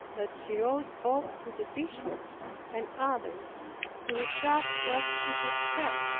that she wrote both to the bishop and others to retract what she had said.